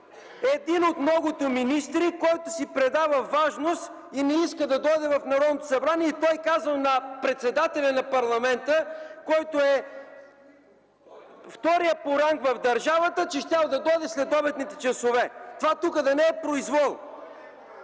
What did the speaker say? един от многото министри, който си придава важност и не иска да дойде в Народното събрание. И той казал на председателя на парламента, който е вторият по ранг в държавата, че щял да дойде в следобедните часове. Това тук да не е произвол?